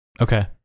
Okay